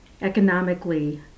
economically